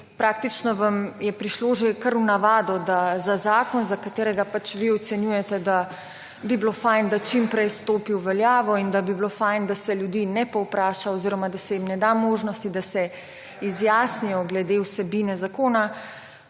Praktično vam je prišlo že kar v navado, da za zakon, za katerega pač vi ocenjujete, da bi bilo fajn, da čim prej stopi v veljavo, in da bi bilo fajn, da se ljudi ne povpraša oziroma da se jim ne da možnosti, da se izjasnijo glede vsebine zakona,